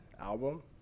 album